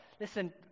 Listen